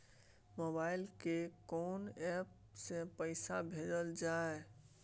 Mobile के कोन app से पैसा भेजल जाए?